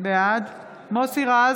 בעד מוסי רז,